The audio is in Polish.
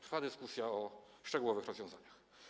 Trwa dyskusja o szczegółowych rozwiązaniach.